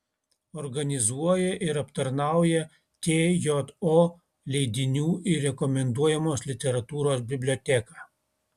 organizuoja ir aptarnauja tjo leidinių ir rekomenduojamos literatūros biblioteką